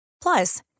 Plus